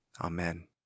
Amen